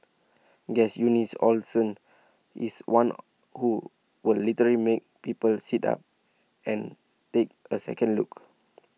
Guess Eunice Olsen is one who will literally make people sit up and take A second look